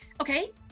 Okay